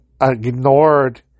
ignored